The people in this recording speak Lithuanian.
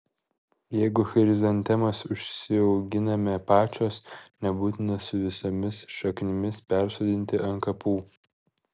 jeigu chrizantemas užsiauginame pačios nebūtina su visomis šaknimis persodinti ant kapų